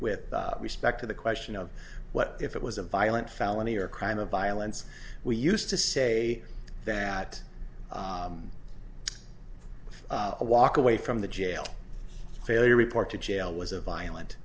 with respect to the question of what if it was a violent felony or a crime of violence we used to say that walk away from the jail failure report to jail was a violent